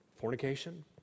fornication